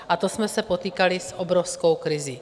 A to jsme se potýkali s obrovskou krizí.